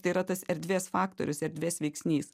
tai yra tas erdvės faktorius erdvės veiksnys